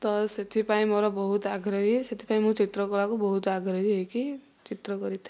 ତ ସେଥିପାଇଁ ମୋର ବହୁତ ଆଗ୍ରହୀ ସେଥିପାଇଁ ମୁଁ ଚିତ୍ର କଳାକୁ ବହୁତ ଆଗ୍ରହୀ ହୋଇକି ଚିତ୍ର କରିଥାଏ